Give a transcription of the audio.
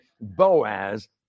Boaz